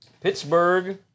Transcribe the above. Pittsburgh